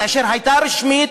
כאשר הייתה רשמית,